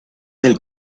del